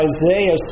Isaiah